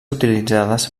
utilitzades